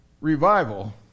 revival